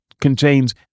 contains